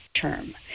term